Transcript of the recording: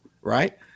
Right